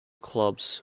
clubs